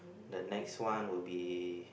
the next one will be